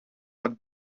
dat